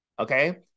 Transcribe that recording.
Okay